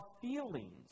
feelings